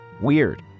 weird